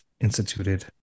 instituted